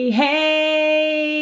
hey